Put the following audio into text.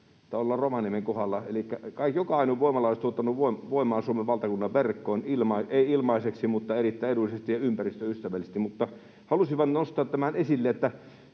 tai ollaan Rovaniemen kohdalla. Elikkä jokainen voimala olisi tuottanut voimaa Suomen valtakunnan verkkoon, ei ilmaiseksi mutta erittäin edullisesti ja ympäristöystävällisesti. Halusin vain nostaa tämän esille,